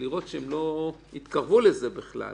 ולראות שהם לא יתקרבו לזה בכלל.